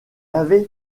avait